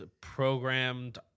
programmed